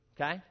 Okay